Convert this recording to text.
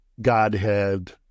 Godhead